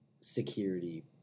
security